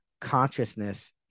consciousness